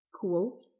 Cool